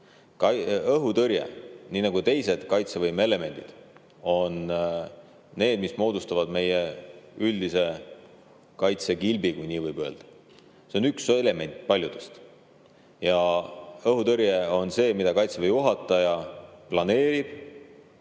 Õhutõrje ja ka teised kaitsevõime elemendid on need, mis moodustavad meie üldise kaitsekilbi, kui nii võib öelda. See on üks element paljudest. Õhutõrje on see, mida Kaitseväe juhataja planeerib